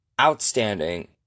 Outstanding